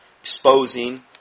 exposing